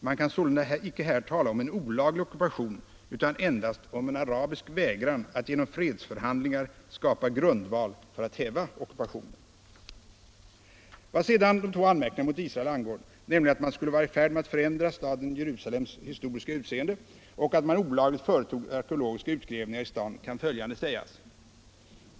Man kan sålunda icke här tala om en olaglig ockupation utan endast om en arabisk vägran att genom fredsförhandlingar skapa grundval för att häva ockupationen. Vad sedan de två anmärkningarna mot Israel angår, nämligen att man skulle vara i färd med att förändra staden Jerusalems historiska utseende och att man olagligt företog arkeologiska utgrävningar i staden, kan följande sägas.